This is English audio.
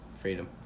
freedom